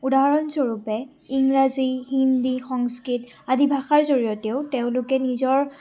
উদাহৰণস্বৰূপে ইংৰাজী হিন্দী সংস্কৃত আদি ভাষাৰ জৰিয়তেও তেওঁলোকে নিজৰ